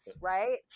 right